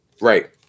Right